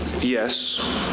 Yes